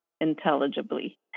intelligibly